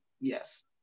yes